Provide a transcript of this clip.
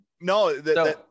No